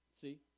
see